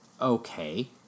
Okay